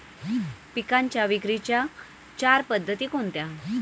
पिकांच्या विक्रीच्या चार पद्धती कोणत्या?